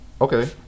Okay